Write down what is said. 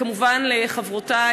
כמובן לחברותי,